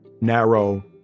narrow